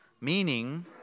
Meaning